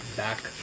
back